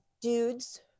dudes